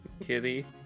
kitty